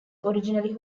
originally